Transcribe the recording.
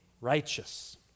righteous